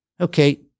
Okay